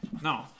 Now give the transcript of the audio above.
no